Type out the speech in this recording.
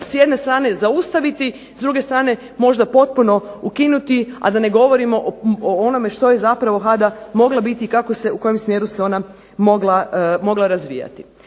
s jedne strane zaustaviti, s druge strane možda potpuno ukinuti, a da ne govorimo o onome što je zapravo HADA mogla biti i kako se u kojem smjeru se ona mogla razvijati.